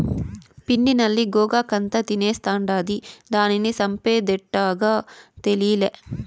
పిండి నల్లి గోగాకంతా తినేస్తాండాది, దానిని సంపేదెట్టాగో తేలీలా